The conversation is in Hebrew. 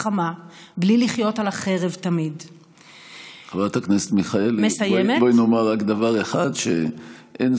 אני העומד כאן לפניכם היום בוגר תואר ראשון ושני בהצטיינות